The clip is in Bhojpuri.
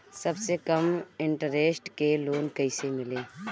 सबसे कम इन्टरेस्ट के लोन कइसे मिली?